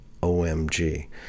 OMG